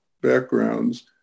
backgrounds